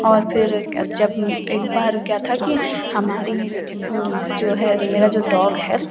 और फ़िर जब एक बार क्या था कि हमारी जो है मेरा जो डॉग है